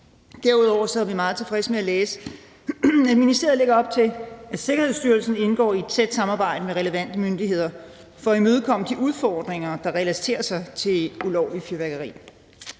Derudover er vi meget tilfredse med at læse, at ministeriet lægger op til, at Sikkerhedsstyrelsen indgår i et tæt samarbejde med relevante myndigheder for at imødekomme de udfordringer, der relaterer sig til ulovligt fyrværkeri.